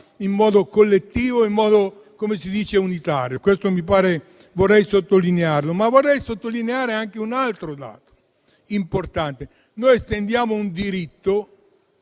in modo collettivo e unitario: questo vorrei sottolinearlo. Vorrei sottolineare anche un altro dato importante. Noi estendiamo un diritto